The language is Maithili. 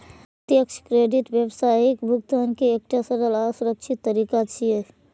प्रत्यक्ष क्रेडिट व्यावसायिक भुगतान के एकटा सरल आ सुरक्षित तरीका छियै